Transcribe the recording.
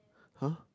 !huh!